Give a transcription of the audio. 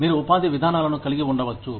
మీరు ఉపాధి విధానాలను కలిగి ఉండవచ్చు